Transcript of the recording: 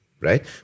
right